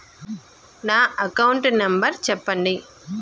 నా account number చెప్పండి?